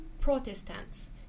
Protestants